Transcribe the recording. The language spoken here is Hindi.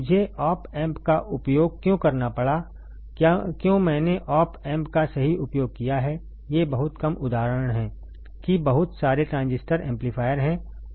मुझे ऑप एम्प का उपयोग क्यों करना पड़ा क्यों मैंने ऑप एम्प का सही उपयोग किया है ये बहुत कम उदाहरण हैं कि बहुत सारे ट्रांजिस्टर एम्पलीफायर हैं